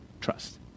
trust